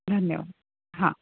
धन्यवाद हां